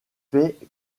fait